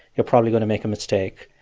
you're probably going to make a mistake.